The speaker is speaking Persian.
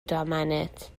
دامنت